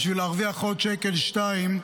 בשביל להרוויח עוד שקל, שניים,